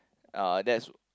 uh that's